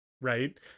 right